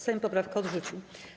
Sejm poprawkę odrzucił.